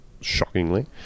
shockingly